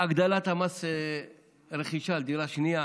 הגדלת מס הרכישה על דירה שנייה,